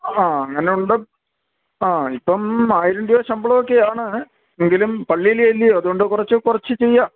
ആ അങ്ങനുണ്ട് ആ ഇപ്പം ആയിരം രൂപ ശമ്പളം ഒക്കെയാണ് എങ്കിലും പള്ളീലെ അല്ല്യോ അതുകൊണ്ട് കുറച്ച് കുറച്ച് ചെയ്യാം